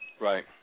right